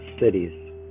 cities